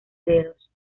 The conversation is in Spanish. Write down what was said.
dedos